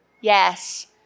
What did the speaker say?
Yes